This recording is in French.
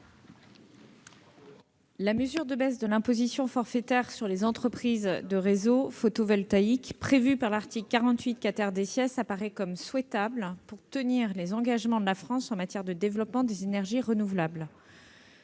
La mesure de baisse de l'imposition forfaitaire sur les entreprises de réseaux photovoltaïques prévue par l'article 48 apparaît souhaitable pour tenir les engagements de la France en matière de développement des énergies renouvelables.